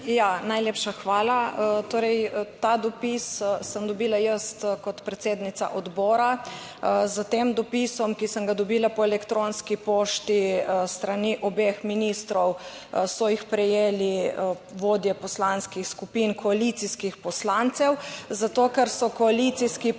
najlepša hvala. Torej, ta dopis sem dobila jaz kot predsednica odbora. S tem dopisom, ki sem ga dobila po elektronski pošti s strani obeh ministrov, so jih prejeli vodje poslanskih skupin koalicijskih poslancev, zato ker so koalicijski poslanci